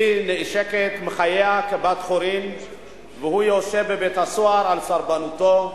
היא נעשקת מחייה כבת-חורין והוא יושב בבית-הסוהר על סרבנותו.